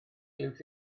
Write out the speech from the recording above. liwt